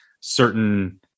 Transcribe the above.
certain